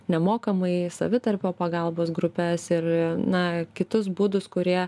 nemokamai savitarpio pagalbos grupes ir na kitus būdus kurie